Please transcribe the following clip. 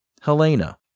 Helena